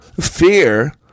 Fear